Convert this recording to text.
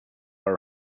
are